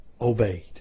obeyed